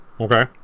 Okay